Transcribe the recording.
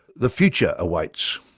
the future awaits!